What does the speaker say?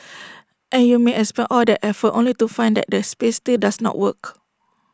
and you may expend all that effort only to find that the space still does not work